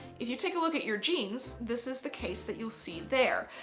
if you take a look at your jeans, this is the case that you'll see there.